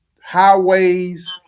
highways